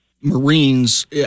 Marines